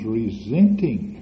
resenting